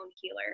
healer